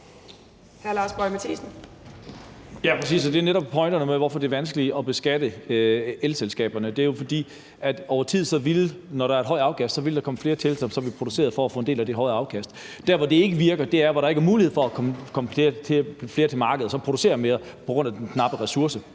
det er netop pointerne med, hvorfor det er vanskeligt at beskatte elselskaberne. Det er jo, fordi der over tid, når der er et højt afkast, vil komme flere til, som vil producere for at få del i det højere afkast. Der, hvor det ikke virker, er der, hvor der ikke er mulighed for, at der kan komme flere på markedet, som producerer mere, på grund af den knappe ressource.